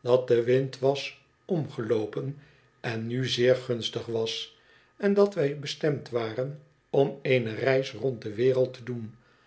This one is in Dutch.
dat de wind was omgeloopen en nu zeer gunstig was en dat wij bestemd waren om eene reis rond de wereld te doen